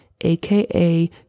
aka